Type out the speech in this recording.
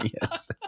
Yes